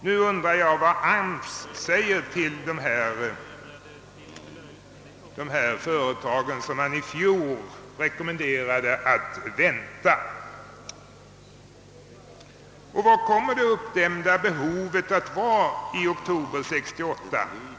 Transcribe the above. Nu undrar jag vad AMS säger till de här företagen som i fjol rekommenderades att vänta. Vad kommer det uppdämda behovet att vara i oktober 1968?